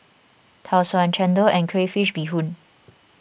Tau Suan Chendol and Crayfish BeeHoon